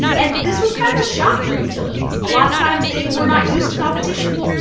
and this was kind of a shock for utilities. a lot of times, they were not used to competition.